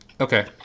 Okay